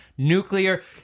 Nuclear